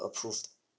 approved